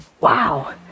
Wow